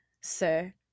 sir